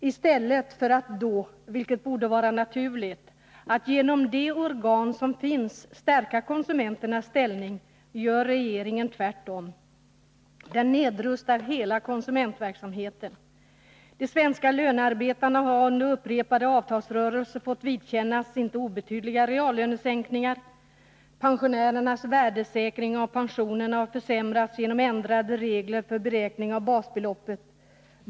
I stället för att då — vilket borde vara naturligt — genom de organ som finns stärka konsumenternas ställning, gör regeringen tvärtom: den nedrustar hela konsumentverksamheten. De svenska lönarbetarna har under upprepade avtalsrörelser fått vidkännas inte obetydliga reallönesänkningar. Pensionärernas värdesäkring av pensionerna har försämrats genom ändrade regler för beräkning av basbeloppet.